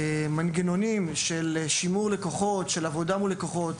מנגנונים של שימור לקוחות, של עבודה מול לקוחות,